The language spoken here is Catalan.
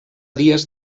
dies